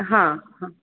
हां हां